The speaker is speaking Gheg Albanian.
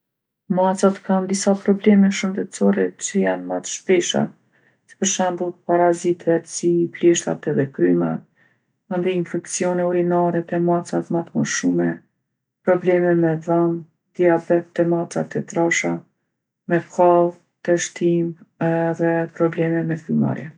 Macat kanë disa probleme shëndetsore që janë ma t'shpesha. Si per shembull parazitet si pleshtat edhe krymat, mandej infekcione urinare te macat ma t'moshume, probleme me dhom, diabet te macat e trasha, me koll, teshtimë edhe probleme me frymarrje.